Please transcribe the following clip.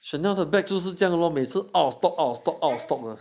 Chanel 的 bag 就是这样 lor 每次 out of stock out of stock out of stock 了